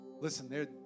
Listen